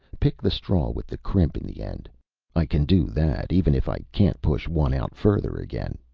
pick the straw with the crimp in the end i can do that, even if i can't push one out further again.